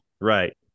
right